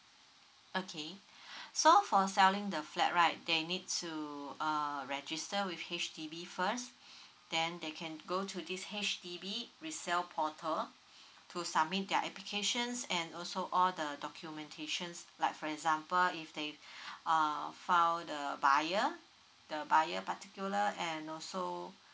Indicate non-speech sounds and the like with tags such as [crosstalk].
okay [breath] so for selling the flat right they need to uh register with H_D_B first then they can go to this H_D_B resell portal to submit their applications and also all the documentations like for example if they uh file the buyer the buyer particular and also